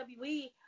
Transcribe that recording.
WWE